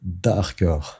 darker